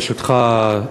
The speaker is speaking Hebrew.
ברשותך,